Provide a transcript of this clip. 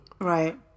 Right